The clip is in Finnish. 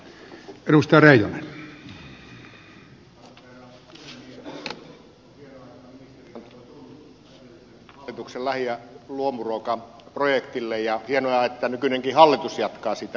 on hienoa että ministeri antoi tunnustusta edellisen hallituksen lähi ja luomuruokaprojektille ja on hienoa että nykyinenkin hallitus jatkaa sitä